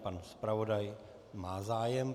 Pan zpravodaj má zájem.